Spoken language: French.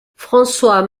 françois